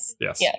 Yes